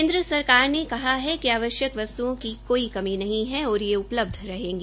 केन्द्र सरकार ने कहा है कि आवश्यक वस्त्ओं की कोई कमी नहीं है और ये उपलब्ध रहेंगी